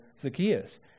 Zacchaeus